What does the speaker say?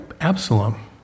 Absalom